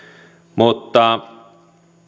mutta